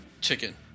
Chicken